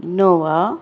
Innova